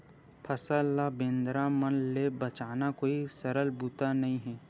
फसल ल बेंदरा मन ले बचाना कोई सरल बूता नइ हे